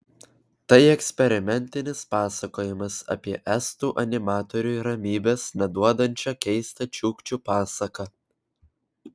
tai eksperimentinis pasakojimas apie estų animatoriui ramybės neduodančią keistą čiukčių pasaką